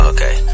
Okay